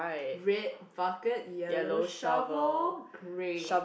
red bucket yellow shovel great